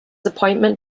appointment